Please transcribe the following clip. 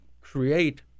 create